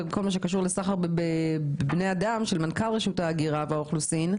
בכל מה שקשור לסחר בבני אדם של מנכ"ל רשות ההגירה והאוכלוסין.